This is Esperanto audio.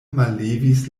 mallevis